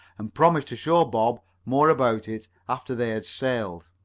and promised to show bob more about it after they had sailed.